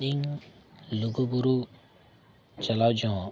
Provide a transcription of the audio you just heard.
ᱤᱧ ᱞᱩᱜᱩᱵᱩᱨᱩ ᱪᱟᱞᱟᱣ ᱡᱚᱦᱚᱜ